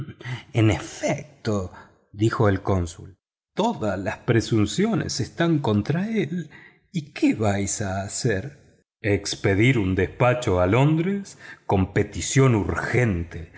en efecto dijo el cónsul todas las presunciones están contra él y qué vais a hacer expedir un despacho a londres con petición urgente